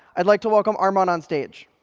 i'd like to welcome armon onstage.